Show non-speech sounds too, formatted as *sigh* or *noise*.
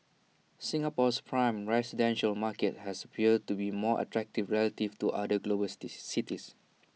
Singapore's prime residential market has appeared to be more attractive relative to other global *unintelligible* cities